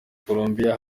colombia